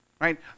right